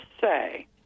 say